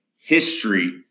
history